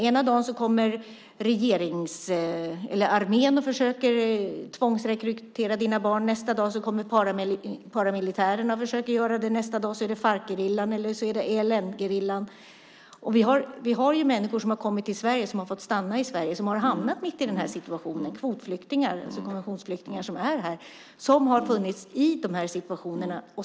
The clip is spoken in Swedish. Ena dagen kommer armén och försöker tvångsrekrytera dina barn, nästa dag kommer paramilitären och försöker göra det och nästa dag är det Farcgerillan eller ELN-gerillan. Det finns människor som har hamnat i den här situationen och som har kommit till Sverige och fått stanna i Sverige. Det är kvotflyktingar som är här och som har befunnit sig i de här situationerna.